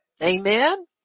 amen